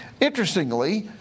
Interestingly